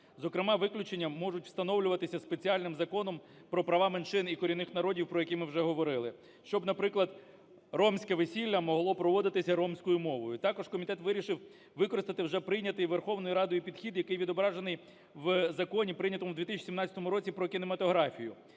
Зокрема, виключення можуть встановлюватися спеціальним Законом про права меншин і корінних народів, про які ми вже говорили, щоб, наприклад, ромське весілля могло проводитися ромською мовою. Також комітет вирішив використати вже прийнятий Верховною Радою підхід, який відображений в Законі, прийнятому в 2017 році, "Про кінематографію",